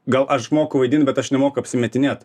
gal aš moku vaidint bet aš nemoku apsimetinėt